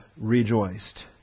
rejoiced